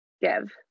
give